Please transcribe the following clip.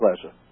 pleasure